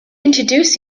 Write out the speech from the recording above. introduce